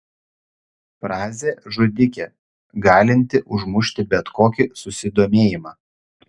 frazė žudikė galinti užmušti bet kokį susidomėjimą